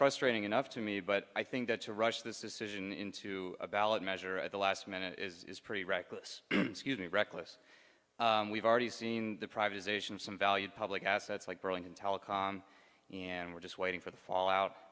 frustrating enough to me but i think that to rush this decision into a ballot measure at the last minute is pretty reckless reckless we've already seen the privatization of some valued public assets like burlington telecom and we're just waiting for the fallout